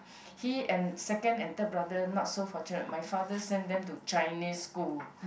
he and second and third brother not so fortunate my father sent them to Chinese school